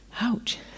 Ouch